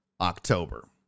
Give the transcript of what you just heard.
October